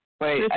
Wait